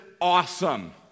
awesome